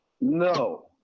no